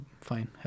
fine